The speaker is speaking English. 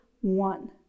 one